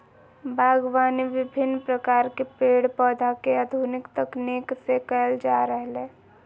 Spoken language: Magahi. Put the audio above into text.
बागवानी विविन्न प्रकार के पेड़ पौधा के आधुनिक तकनीक से कैल जा रहलै